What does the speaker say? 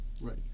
Right